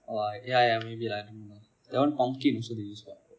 !wah! yeah yeah maybe lah that one pumpkin also have what